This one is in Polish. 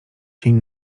cień